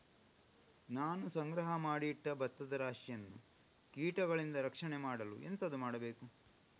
ನಾನು ಸಂಗ್ರಹ ಮಾಡಿ ಇಟ್ಟ ಭತ್ತದ ರಾಶಿಯನ್ನು ಕೀಟಗಳಿಂದ ರಕ್ಷಣೆ ಮಾಡಲು ಎಂತದು ಮಾಡಬೇಕು?